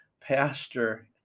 pastor